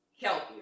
healthier